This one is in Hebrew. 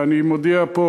ואני מודיע פה,